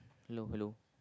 hello hello